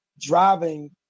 driving